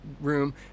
room